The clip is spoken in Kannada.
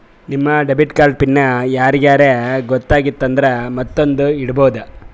ನಿಮ್ ಡೆಬಿಟ್ ಕಾರ್ಡ್ ಪಿನ್ ಯಾರಿಗರೇ ಗೊತ್ತಾಗಿತ್ತು ಅಂದುರ್ ಮತ್ತೊಂದ್ನು ಇಡ್ಬೋದು